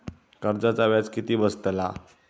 कर्जाचा व्याज किती बसतला?